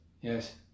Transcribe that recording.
Yes